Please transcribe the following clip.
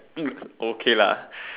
okay lah